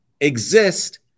exist